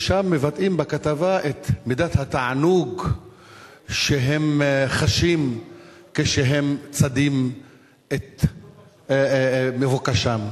ושם מבטאים בכתבה את מידת התענוג שהם חשים כשהם צדים את מבוקשם.